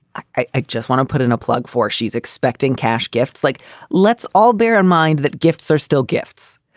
i just want to put in a plug for she's expecting cash gifts like let's all bear in mind that gifts are still gifts.